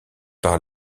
par